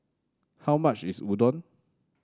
how much is Udon